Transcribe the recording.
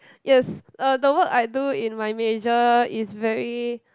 yes uh the work I do in my major is very